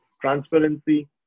transparency